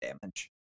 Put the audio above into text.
damage